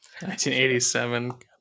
1987